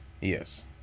Yes